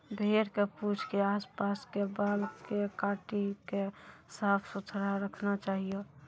भेड़ के पूंछ के आस पास के बाल कॅ काटी क साफ सुथरा रखना चाहियो